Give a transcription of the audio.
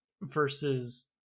Versus